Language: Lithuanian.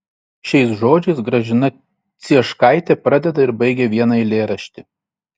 šiais žodžiais gražina cieškaitė pradeda ir baigia vieną eilėraštį